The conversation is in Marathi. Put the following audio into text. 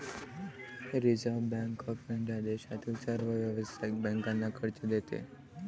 रिझर्व्ह बँक ऑफ इंडिया देशातील सर्व व्यावसायिक बँकांना कर्ज देते